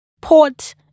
port